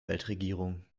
weltregierung